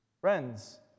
Friends